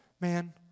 man